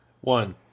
One